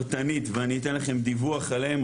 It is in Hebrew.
פרטנית ואני אתן לכם דיווח עליהם,